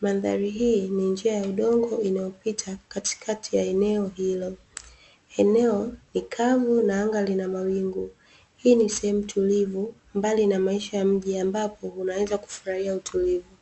mandhari hii ni njia ya udongo inayopita katikati ya eneo hilo. Eneo ni kavu na anga lina mawingu, hii ni sehemu tulivu mbali na maisha ya mji ambapo unaweza kufurahia utulivu.